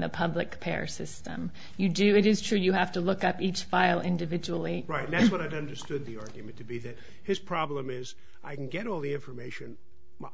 the public pair system you do it is true you have to look at each file individually right now but understood the argument to be that his problem is i can get all the information